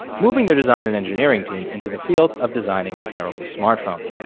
moving their design and engineering team into the field of designing terrible smartphones.